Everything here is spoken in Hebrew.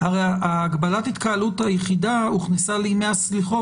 הרי הגבלת ההתקהלות היחידה הוכנסה לימי הסליחות,